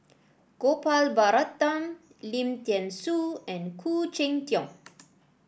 Gopal Baratham Lim Thean Soo and Khoo Cheng Tiong